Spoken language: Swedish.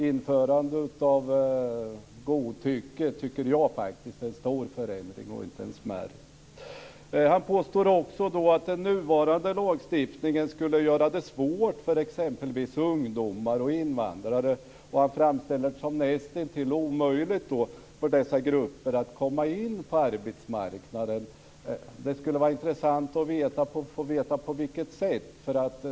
Införande av godtycke tycker jag faktiskt är en stor förändring och inte en liten. Han påstår också att den nuvarande lagstiftningen skulle göra det svårt för exempelvis ungdomar och invandrare. Han framställer det som nästintill omöjligt för dessa grupper att komma in på arbetsmarknaden. Det skulle vara intressant att få veta på vilket sätt.